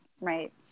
right